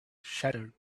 shattered